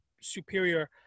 superior